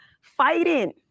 fighting